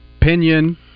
Pinion